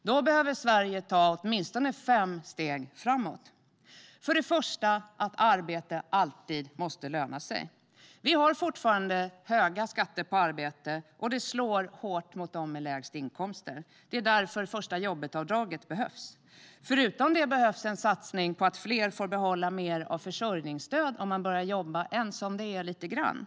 Då behöver Sverige ta åtminstone fem steg framåt. För det första måste arbete alltid löna sig. Vi har fortfarande höga skatter på arbete, och det slår hårt mot dem med lägst inkomster. Det är därför första-jobbet-avdraget behövs. Förutom det behövs en satsning på att fler får behålla mer av försörjningsstödet om man börjar jobba, om än bara lite grann.